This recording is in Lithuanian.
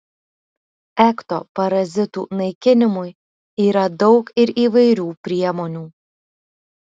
ekto parazitų naikinimui yra daug ir įvairių priemonių